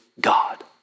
God